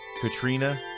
Katrina